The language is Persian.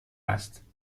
است